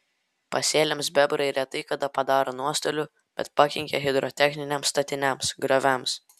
pasėliams bebrai retai kada padaro nuostolių bet pakenkia hidrotechniniams statiniams grioviams